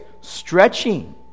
stretching